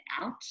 out